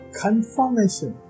confirmation